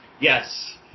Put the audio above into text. Yes